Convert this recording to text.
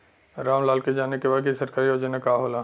राम लाल के जाने के बा की सरकारी योजना का होला?